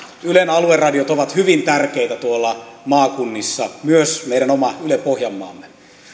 ylen alueradiot ovat hyvin tärkeitä tuolla maakunnissa myös meidän oma yle pohjanmaamme